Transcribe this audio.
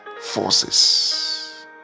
forces